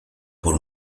por